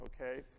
okay